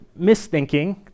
misthinking